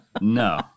no